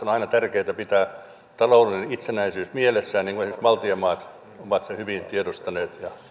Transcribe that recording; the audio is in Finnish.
on aina tärkeätä pitää taloudellinen itsenäisyys mielessään niin kuin esimerkiksi baltian maat ovat sen hyvin tiedostaneet